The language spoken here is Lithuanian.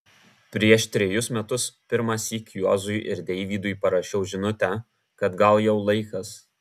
prieš trejus metus pirmąsyk juozui ir deivydui parašiau žinutę kad gal jau laikas